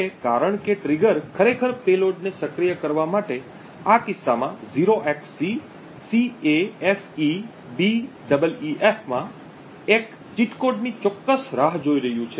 હવે કારણ કે ટ્રિગર ખરેખર પેલોડને સક્રિય કરવા માટે આ કિસ્સામાં 0xcCAFEBEEF માં એક ચીટ કોડની ચોક્કસ રાહ જોઈ રહ્યું છે